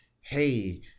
Hey